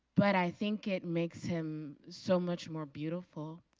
but i think it makes him so much more beautiful,